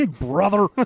brother